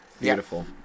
Beautiful